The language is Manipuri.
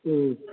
ꯎꯝ